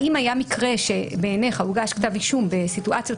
האם היה מקרה שבעינך הוגש כתב אישום בסיטואציות